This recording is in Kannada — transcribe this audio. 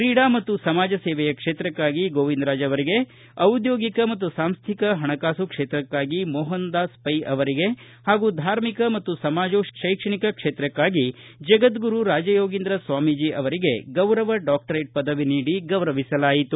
ಕ್ರೀಡಾ ಮತ್ತು ಸಮಾಜ ಸೇವೆಯ ಕ್ಷೇತ್ರಕ್ಕಾಗಿ ಗೋವಿಂದರಾಜ್ ಅವರಿಗೆ ಔದ್ಯೋಗಿಕ ಮತ್ತು ಸಾಂಸ್ಟಿಕ ಪಣಕಾಸು ಕ್ಷೇತ್ರಕ್ಕಾಗಿ ಮೋಹನದಾಸ ಪೈ ಅವರಿಗೆ ಹಾಗೂ ಧಾರ್ಮಿಕ ಮತ್ತು ಸಮಾಜೋ ರೈಕ್ಷಣಿಕ ಕ್ಷೇತ್ರಕ್ಕಾಗಿ ಜಗದ್ಗುರು ರಾಜಯೋಗೀಂದ್ರ ಸ್ವಾಮೀಜಿ ಅವರಿಗೆ ಗೌರವ ಡಾಕ್ಟರೇಟ್ ಪದವಿ ನೀಡಿ ಗೌರವಿಸಲಾಯಿತು